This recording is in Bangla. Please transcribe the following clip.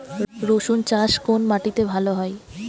রুসুন চাষ কোন মাটিতে ভালো হয়?